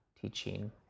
teaching